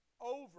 over